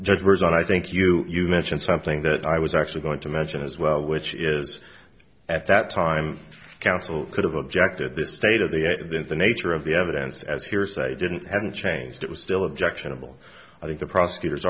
judge was and i think you mentioned something that i was actually going to mention as well which is at that time counsel could have objected this state of the nature of the evidence as hearsay didn't hadn't changed it was still objectionable i think the prosecutor